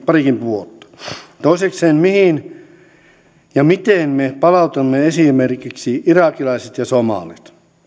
parikin vuotta toisekseen mihin ja miten me palautamme esimerkiksi irakilaiset ja somalit